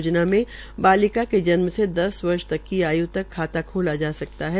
योजना में बालिका के जन्म से दस वर्ष तक की आय् तक खाता खोला जा सकता है